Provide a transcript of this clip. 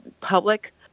public